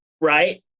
right